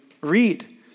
read